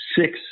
six